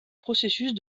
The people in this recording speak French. processus